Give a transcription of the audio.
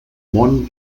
món